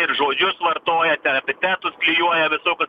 ir žodžius vartoja epitetus klijuoja visokius